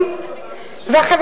ועדת